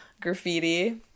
graffiti